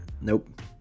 nope